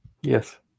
yes